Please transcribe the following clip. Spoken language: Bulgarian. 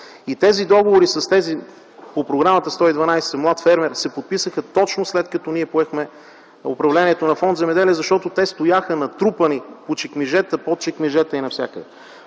И тези договори по Програмата 112 „Млад фермер” се подписаха точно след като ние поехме управлението на Фонд „Земеделие”, защото те стояха натрупани по чекмеджета, под чекмеджета и навсякъде.